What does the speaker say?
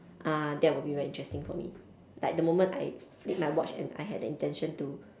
ah that will be very interesting for me like the moment I flipped my watch and I had the intention to